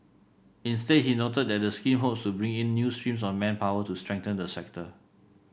instead he noted that the scheme hopes to bring in new streams of manpower to strengthen the sector